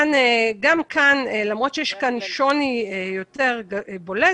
למרות שיש כאן שוני יותר בולט,